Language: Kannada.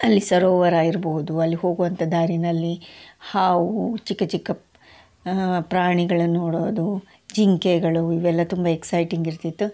ಅಲ್ಲಿ ಸರೋವರ ಇರ್ಬೋದು ಅಲ್ಲಿ ಹೋಗುವಂಥಾ ದಾರಿನಲ್ಲಿ ಹಾವು ಚಿಕ್ಕ ಚಿಕ್ಕ ಪ್ರಾಣಿಗಳನ್ನೋಡೋದು ಜಿಂಕೆಗಳು ಇವೆಲ್ಲ ತುಂಬಾ ಎಕ್ಸೈಟಿಂಗ್ ಇರ್ತಿತ್ತು